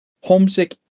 homesick